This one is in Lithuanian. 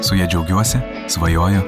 su ja džiaugiuosi svajoju